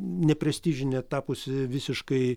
neprestižine tapusi visiškai